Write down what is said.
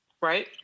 Right